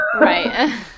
right